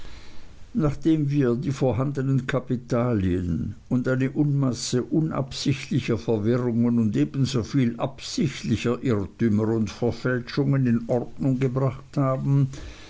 nachdem wir die vorhandenen kapitalien und eine unmasse unabsichtlicher verwirrungen und ebensoviel absichtlicher irrtümer und verfälschungen in ordnung gebracht haben